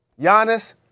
Giannis